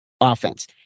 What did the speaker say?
offense